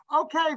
Okay